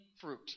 fruit